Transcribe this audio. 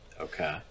Okay